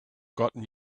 gotten